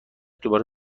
دوباره